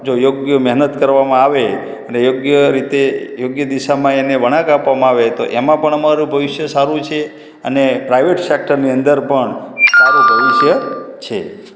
જો યોગ્ય મહેનત કરવામાં આવે અને યોગ્ય રીતે યોગ્ય દિશામાં એને વળાંક આપવામાં આવે તો એમાં પણ અમારું ભવિષ્ય સારું છે અને પ્રાઈવેટ સેક્ટરની અંદર પણ સારું ભવિષ્ય છે